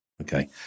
okay